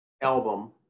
album